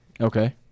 Okay